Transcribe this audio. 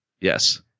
Yes